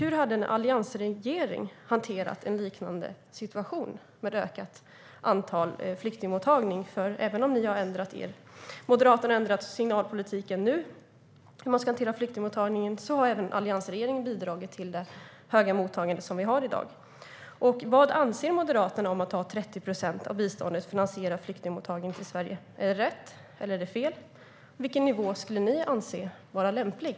Hur hade en alliansregering hanterat en liknande situation med ett ökat flyktingmottagande? Även om Moderaterna nu har ändrat signalpolitiken i fråga om hur man ska hantera flyktingmottagandet har även alliansregeringen bidragit till det stora mottagande som vi har i dag. Vad anser Moderaterna om att man ska ta 30 procent av biståndet för att finansiera flyktingmottagandet i Sverige? Är det rätt, eller är det fel? Vilken nivå anser ni vara lämplig?